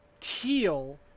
Teal